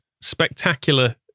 spectacular